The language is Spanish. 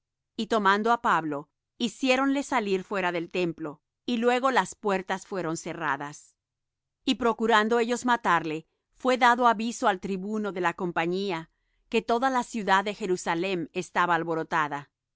y tomando á pablo hiciéronle salir fuera del templo y luego las puertas fueron cerradas y procurando ellos matarle fué dado aviso al tribuno de la compañía que toda la ciudad de jerusalem estaba alborotada